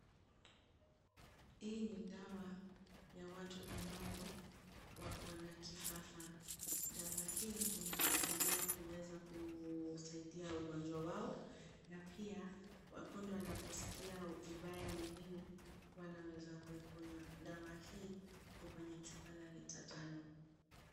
Hii ni dawa ya watu ambao wako na kifafa. Dawa hii inawasaidia kuweza kusaidia ugonjwa wao na pia punde wanaposikia vibaya mwilini, wanaweza kuikunywa dawa hii iko kwenye chupa la lita tano.